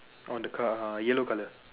on the car yellow color